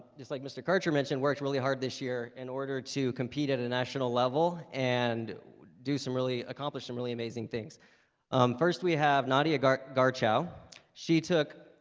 just like mr. karcher mentioned worked really hard this year in order to compete at a national level and do some really accomplish some really amazing things first we have nadia garchow. she took